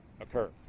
occur